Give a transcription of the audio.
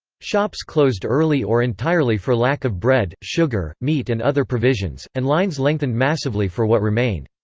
shops closed early or entirely for lack of bread, sugar, meat and other provisions, and lines lengthened massively for what remained.